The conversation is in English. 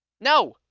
No